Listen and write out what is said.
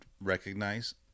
recognize